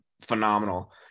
phenomenal